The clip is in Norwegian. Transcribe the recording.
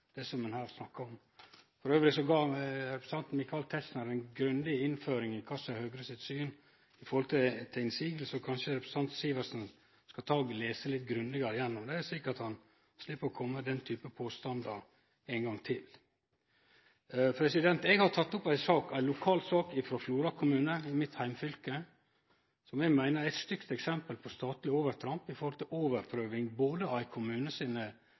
seg det vi her snakkar om. Elles ga representanten Michael Tetzschner ei grundig innføring i kva som er Høgre sitt syn knytt til motsegn, og kanskje representanten Sivertsen skal lese litt grundigare igjennom det, slik at han slepp å kome med den typen påstandar ein gong til. Eg har teke opp ei lokal sak frå Flora kommune, i mitt heimfylke, som eg meiner er eit stygt eksempel på statleg overtramp med tanke på overprøving av ein kommune sine